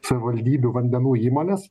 savivaldybių vandenų įmonės